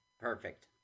Perfect